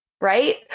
Right